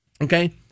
Okay